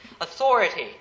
authority